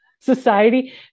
society